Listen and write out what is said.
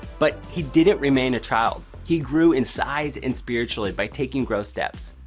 but he didn't remain a child. he grew in size and spiritually by taking growth steps.